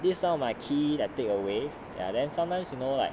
this is one of my key takeaways ya then sometimes you know like